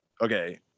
Okay